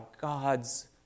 God's